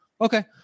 Okay